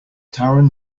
taran